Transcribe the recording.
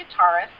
guitarist